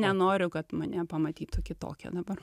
nenoriu kad mane pamatytų kitokią dabar